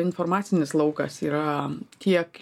informacinis laukas yra kiek